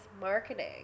marketing